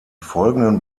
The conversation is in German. folgenden